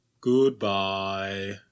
Goodbye